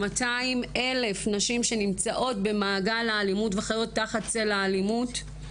מ-200,000 נשים שנמצאות במעגל האלימות וחיות תחת צל האלימות,